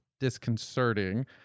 disconcerting